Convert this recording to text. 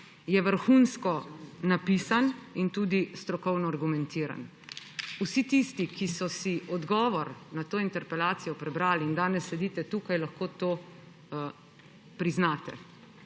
je vrhunsko napisan in tudi strokovno argumentiran. Vsi tisti, ki so si odgovor na to interpelacijo prebrali in danes sedite tukaj, lahko to priznate.